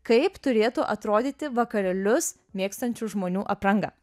kaip turėtų atrodyti vakarėlius mėgstančių žmonių apranga